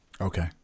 Okay